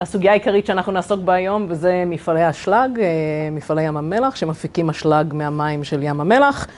הסוגיה העיקרית שאנחנו נעסוק בה היום, וזה מפעלי האשלג, אה... מפעלי ים המלח, שמפיקים אשלג מהמים של ים המלח...